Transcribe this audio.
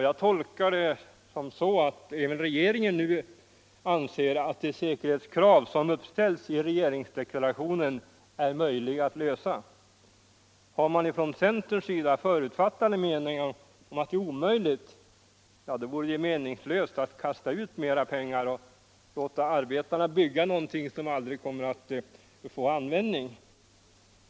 Jag tolkar det som att även regeringen nu anser att de säkerhetskrav som uppställs i regeringsdeklarationen är möjliga att uppfylla. Har man från centerns sida förutfattade meningar om att det är omöjligt, ja, då vore det meningslöst att kasta ut mera .pengar och låta arbetarna bygga något som aldrig kommer till användning.